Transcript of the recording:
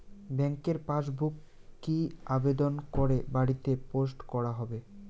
ব্যাংকের পাসবুক কি আবেদন করে বাড়িতে পোস্ট করা হবে?